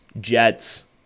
Jets